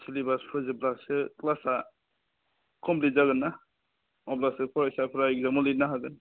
syllabus फोजोब्बासो क्लासआ complete जागोन ना अब्लासो फरायसाफोरा एक्जामाव लिरनो हागोन